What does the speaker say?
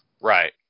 right